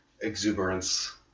Exuberance